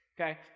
Okay